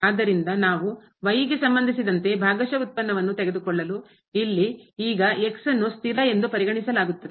ಆದ್ದರಿಂದ ನಾವು ಗೆ ಸಂಬಂಧಿಸಿದಂತೆ ಭಾಗಶಃ ವ್ಯುತ್ಪನ್ನವನ್ನು ತೆಗೆದುಕೊಳ್ಳಲು ಇಲ್ಲಿ ಈಗ ಅನ್ನು ಸ್ಥಿರ ಎಂದು ಪರಿಗಣಿಸಲಾಗುತ್ತದೆ